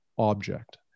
Object